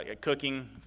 cooking